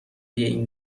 این